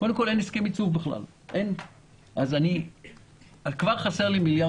קודם כול השנה אין הסכם ייצוב בכלל אז כבר חסר לי מיליארד